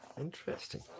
Interesting